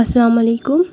اَسلام علیکُم